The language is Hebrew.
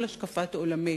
כל השקפת עולמי